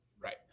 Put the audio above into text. Right